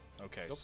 Okay